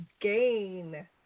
gain